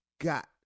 got